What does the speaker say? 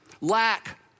lack